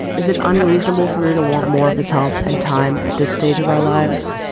is it unreasonable for me to want more of his help and time at this stage of our lives?